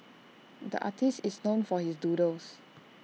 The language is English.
the artist is known for his doodles